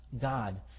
God